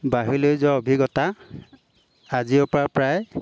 বাহিৰলৈ যোৱাৰ অভিজ্ঞতা আজিৰপৰা প্ৰায়